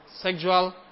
sexual